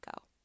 go